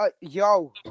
Yo